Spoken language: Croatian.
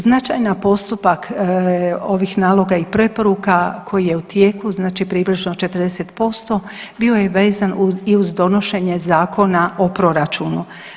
Značajan postupak ovih naloga i preporuka koji je u tijeku znači približno 40% bio je vezan i uz donošenje Zakona o proračunu.